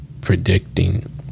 predicting